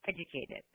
educated